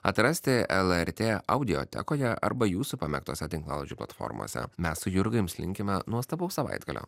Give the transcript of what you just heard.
atrasti lrt audiotekoje arba jūsų pamėgtose tinklalaidžių platformose mes su jurga jums linkime nuostabaus savaitgalio